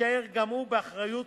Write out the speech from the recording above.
יישא גם הוא באחריות